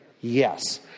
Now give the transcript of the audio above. yes